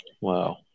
Wow